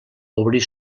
obrir